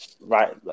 right